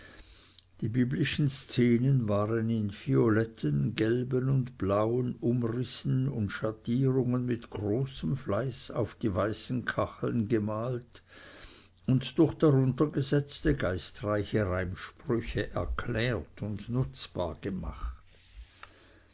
die biblischen szenen waren in violetten gelben und blauen umrissen und schattierungen mit großem fleiße auf die weißen kacheln gemalt und durch daruntergesetzte geistreiche reimsprüche erklärt und nutzbar gemacht